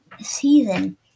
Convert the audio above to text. season